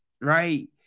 Right